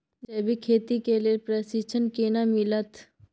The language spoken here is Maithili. जैविक खेती के लेल प्रशिक्षण केना मिलत?